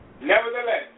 Nevertheless